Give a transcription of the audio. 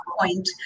point